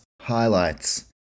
Highlights